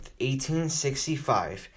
1865